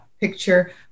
picture